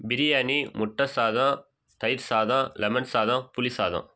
பிரியாணி முட்டை சாதம் தயிர் சாதம் லெமன் சாதம் புளி சாதம்